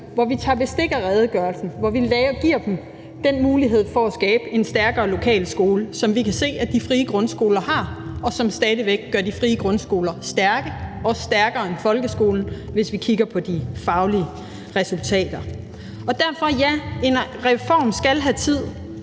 hvor vi tager bestik af redegørelsen, og hvor vi giver den samme mulighed for at skabe en stærkere lokal skole, som vi kan se at de frie grundskoler har, og som stadig væk gør de frie grundskoler stærke og også stærkere end folkeskolen, hvis vi kigger på de faglige resultater. Derfor er det rigtigt, at en reform skal have tid,